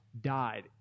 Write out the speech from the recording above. died